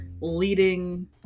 leading